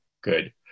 good